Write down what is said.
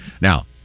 Now